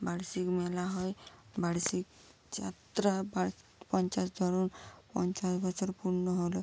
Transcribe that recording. বার্ষিক মেলা হয় বার্ষিক যাত্রা আবার পঞ্চাশ ধরুন পঞ্চাশ বছর পূর্ণ হলো